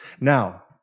Now